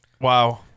Wow